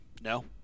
No